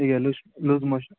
ಈಗ loose loose motion